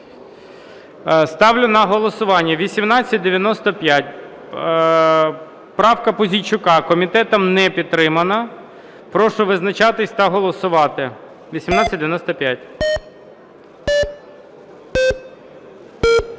Ставлю на голосування 1895, правка Пузійчука. Комітетом не підтримана. Прошу визначатися та голосувати. 1895.